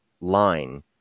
line